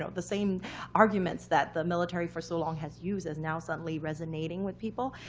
ah the same arguments that the military for so long has used is now suddenly resonating with people.